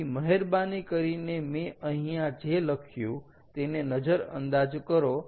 તેથી મહેરબાની કરીને મેં અહીંયા જે લખ્યું તેને નજરઅંદાજ કરો